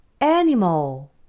animal